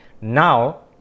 Now